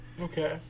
Okay